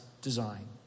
design